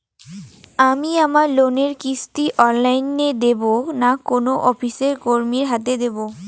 আমি আমার লোনের কিস্তি অনলাইন দেবো না কোনো অফিসের কর্মীর হাতে দেবো?